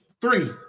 Three